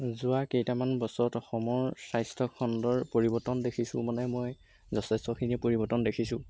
যোৱা কেইটামান বছৰত অসমৰ স্বাস্থ্যখণ্ডৰ পৰিৱৰ্তন দেখিছোঁ মানে মই যথেষ্টখিনি পৰিৱৰ্তন দেখিছোঁ